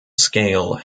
scale